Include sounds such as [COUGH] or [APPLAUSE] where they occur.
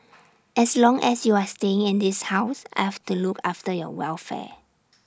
[NOISE] as long as you are staying in this house I have to look after your welfare